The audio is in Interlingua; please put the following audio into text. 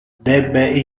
debe